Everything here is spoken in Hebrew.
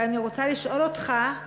ואני רוצה לשאול אותך: